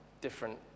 different